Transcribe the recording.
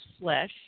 flesh